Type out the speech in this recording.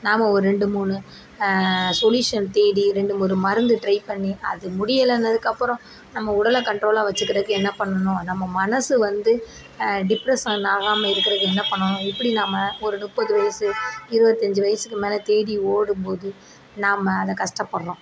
நாம் ரெண்டு மூணு சொல்யூஷன் தேடி ரெண்டு மூணு மருந்து ட்ரை பண்ணி அது முடியலேனதுக்கு அப்பறம் நம்ம உடலை கண்ட்ரோலாக வச்சுக்கறதுக்கு என்ன பண்ணணும் நம்ம மனது வந்து டிப்ரசனாகாமல் இருக்கிறதுக்கு என்ன பண்ணணும் எப்படி நாம் ஒரு முப்பது வயது இருபத்தஞ்சி வயதுக்கு மேல் தேடி ஓடும் போது நாம் அதை கஷ்டபடுறோம்